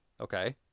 okay